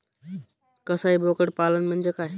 कसाई बोकड पालन म्हणजे काय?